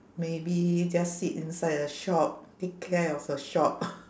maybe just sit inside a shop take care of a shop